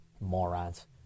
morons